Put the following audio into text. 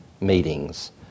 meetings